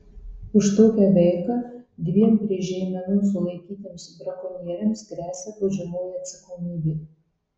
už tokią veiką dviem prie žeimenos sulaikytiems brakonieriams gresia baudžiamoji atsakomybė